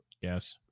yes